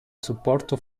supporto